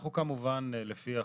אנחנו כמובן לפי החוק,